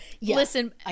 Listen